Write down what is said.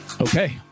Okay